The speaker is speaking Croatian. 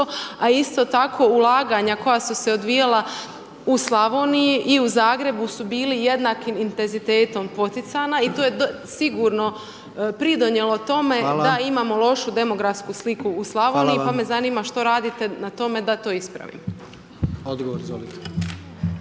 a isto tako ulaganja koja su se odvijala u Slavoniji i u Zagrebu su bili jednakim intenzitetom poticana, i tu je sigurno pridonijelo tome da imamo lošu demografsku sliku u Slavoniji, pa me zanima što radite na tome da to ispravimo.